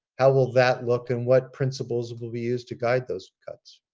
how will that look and what principles will be used to guide those cuts?